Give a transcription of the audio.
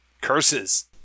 Curses